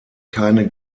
keine